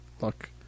look